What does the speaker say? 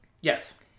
Yes